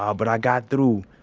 ah but i got through.